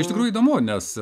iš tikrųjų įdomu nes